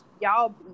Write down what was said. y'all